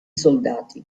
soldati